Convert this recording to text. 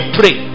pray